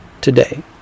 today